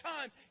time